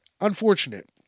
unfortunate